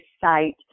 site